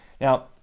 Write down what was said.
Now